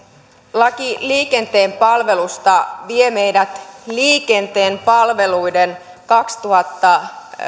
laki liikenteen palvelusta vie meidät liikenteen palveluissa kaksituhatta